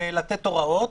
לתת הוראות,